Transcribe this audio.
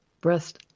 breast